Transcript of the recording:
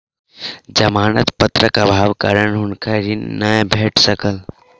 जमानत पत्रक अभावक कारण हुनका ऋण नै भेट सकल